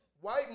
white